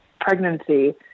pregnancy